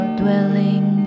dwelling